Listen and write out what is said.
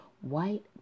white